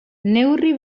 neurri